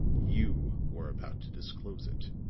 you were about to disclose it.